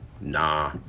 Nah